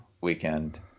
weekend